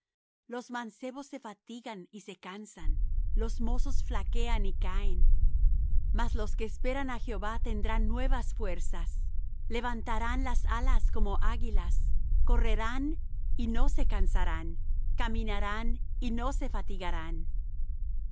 los mancebos se fatigan y se cansan los mozos flaquean y caen mas los que esperan á jehová tendrán nuevas fuerzas levantarán las alas como águilas correrán y no se cansarán caminarán y no se fatigarán